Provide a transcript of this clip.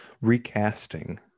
recasting